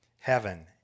heaven